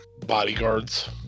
bodyguards